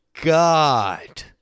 God